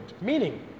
Meaning